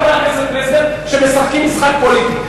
אומר חבר הכנסת פלסנר שמשחקים משחק פוליטי.